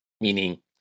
Meaning